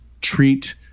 treat